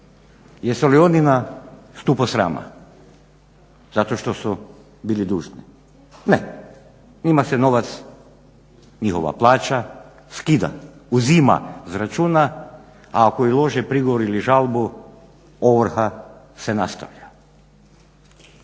Jesu li oni na stupu srama zato što su bili dužni? Ne, njima se novac, njihova plaća skida, uzima s računa, a ako ulože prigovor ili žalbu ovrha se nastavlja.